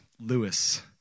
Lewis